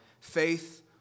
faith